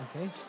Okay